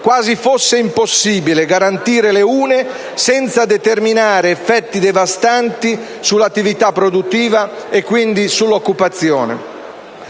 quasi fosse impossibile garantirli senza determinare effetti devastanti sull'attività produttiva e quindi sull'occupazione.